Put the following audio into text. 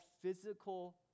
physical